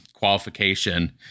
qualification